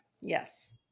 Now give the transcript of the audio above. Yes